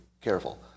careful